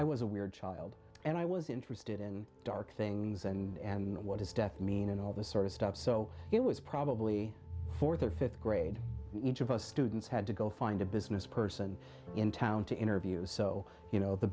i was a weird child and i was interested in dark things and what does death mean and all this sort of stuff so it was probably th or th grade each of us students had to go find a business person in town to interview so you know the